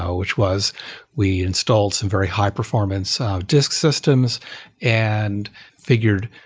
ah which was we installed some very high-performance disk systems and figured,